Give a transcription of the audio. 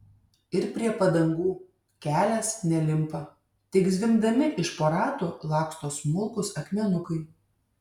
ir prie padangų kelias nelimpa tik zvimbdami iš po ratų laksto smulkūs akmenukai